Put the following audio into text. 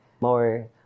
more